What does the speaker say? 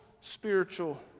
spiritual